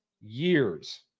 years